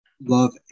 love